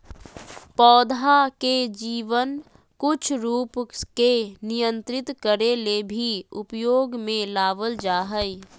पौधा के जीवन कुछ रूप के नियंत्रित करे ले भी उपयोग में लाबल जा हइ